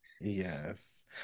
yes